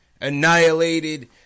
annihilated